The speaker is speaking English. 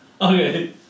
Okay